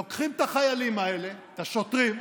לוקחים את החיילים האלה, את השוטרים,